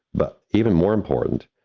but even more important,